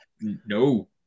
no